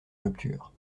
rupture